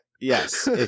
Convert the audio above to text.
yes